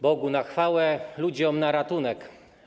Bogu na chwałę, ludziom na ratunek.